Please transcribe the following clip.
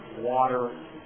water